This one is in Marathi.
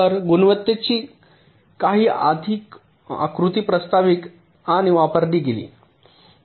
तर गुणवत्तेची काही विशिष्ट आकृती प्रस्तावित आणि वापरली गेली